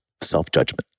self-judgment